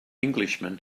englishman